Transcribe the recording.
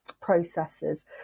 processes